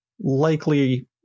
likely